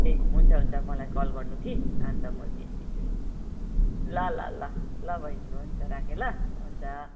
ए हुन्छ हुन्छ मलाई कल गर्नु कि अन्त म निस्किन्छु नि ल ल ल ल बैनी हुन्छ राखेँ ल हुन्छ